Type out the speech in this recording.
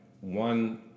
one